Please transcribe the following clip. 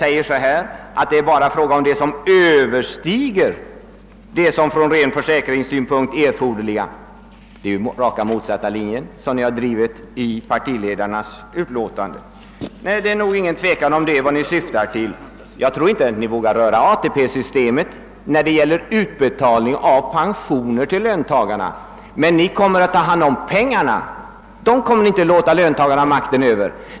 Där står att det endast är fråga om det »som överstiger det från ren försäkringssynpunkt erforderliga». -— Det är rakt motsatt linje mot den ni förordat i motionerna. Det är nog inget tvivel om vad ni syftar till. Jag tror inte att ni vågar röra ATP-systemet när det gäller utbetalning av pensioner till löntagarna. Men ni kommer att ta hand om pengarna. Ni kommer inte att låta löntagarna ha makten över dem.